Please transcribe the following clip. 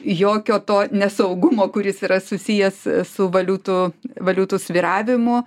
jokio to nesaugumo kuris yra susijęs su valiutų valiutų svyravimu